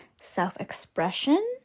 self-expression